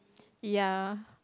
ya